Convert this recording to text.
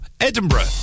Edinburgh